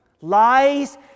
lies